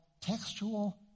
textual